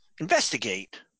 investigate